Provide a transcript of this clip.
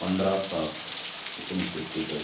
पंधरा सात एकोणीसशे एक्केचाळीस